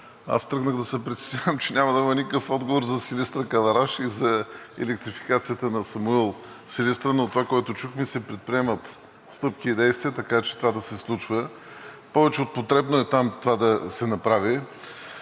тръгнах да се притеснявам, че няма да има никакъв отговор за Силистра – Калараш и за електрификацията на Самуил – Силистра, но това, което чухме, е, че се предприемат стъпки и действия, така че това да се случва. Повече от потребно е това да се направи